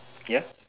ya